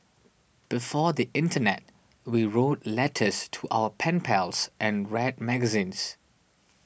before the internet we wrote letters to our pen pals and read magazines